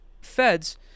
feds